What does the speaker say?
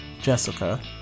Jessica